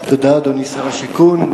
תודה, אדוני שר השיכון.